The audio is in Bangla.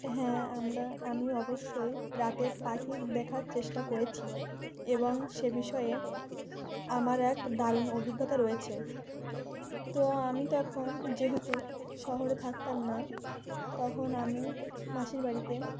হ্যাঁ আমরা আমি অবশ্যই রাতে পাখি দেখার চেষ্টা করেছি এবং সে বিষয়ে আমার এক দারুণ অভিজ্ঞতা রয়েছে তো আমি তখন যেহেতু শহরে থাকতাম না তখন আমি মাসির বাড়িতে